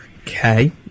Okay